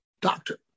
doctor